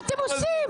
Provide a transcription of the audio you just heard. מה אתם עושים?